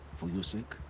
for your sake.